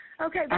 Okay